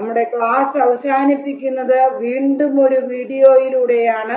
നമ്മുടെ ക്ലാസ്സ് അവസാനിപ്പിക്കുന്നത് വീണ്ടുമൊരു വീഡിയോയിലൂടെയാണ്